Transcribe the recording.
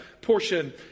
portion